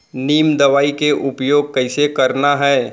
नीम दवई के उपयोग कइसे करना है?